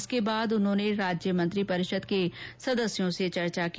इसके बाद उन्होंने राज्य मंत्री परिषद के सदस्यों से चर्चा की